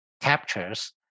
captures